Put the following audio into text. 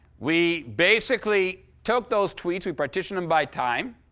we basically took those tweets we partitioned them by time.